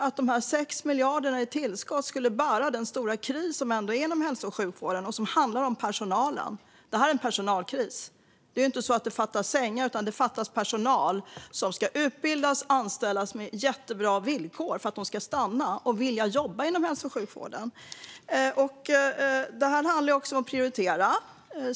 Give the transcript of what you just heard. Skulle de 6 miljarderna i tillskott bära den stora kris som ändå finns inom hälso och sjukvården och som handlar om personalen? Det är en personalkris. Det fattas inte sängar, utan det fattas personal som ska utbildas och anställas med jättebra villkor för att de ska vilja stanna och jobba inom hälso och sjukvården. Det handlar också om att prioritera.